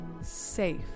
safe